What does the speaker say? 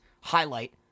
highlight